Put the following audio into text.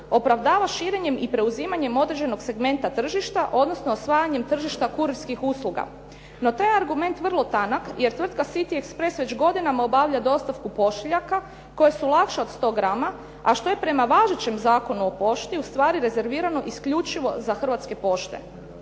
opravdava širenjem i preuzimanjem određenog segmenta tržišta odnosno osvajanjem tržišta kurirskih usluga. No, taj je argument vrlo tanak jer tvrtka "City Express" već godinama obavlja dostavu pošiljaka koje su lakše od 100 grama a što je prema važećem Zakonu o pošti ustvari rezervirano isključivo za Hrvatske pošte.